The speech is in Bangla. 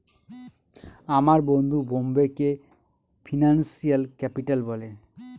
আমার বন্ধু বোম্বেকে ফিনান্সিয়াল ক্যাপিটাল বলে